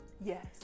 yes